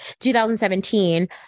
2017